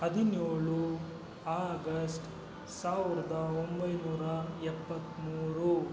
ಹದಿನೇಳು ಆಗಸ್ಟ್ ಸಾವರಿದ ಒಂಬೈನೂರ ಎಪ್ಪತ್ತ್ಮೂರು